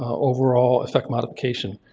overall effect modification.